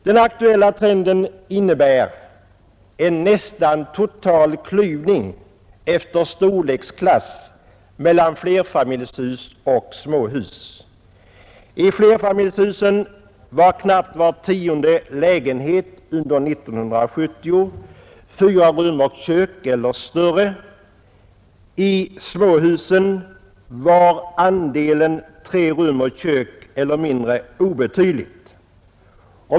Den aktuella trenden innebär en nästan total klyvning efter storleksklass mellan flerfamiljshus och småhus. I flerfamiljshusen var knappt var tionde lägenhet under 1970 fyra rum och kök eller större; i småhusen var andelen tre rum och kök eller mindre obetydlig.